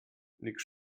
nick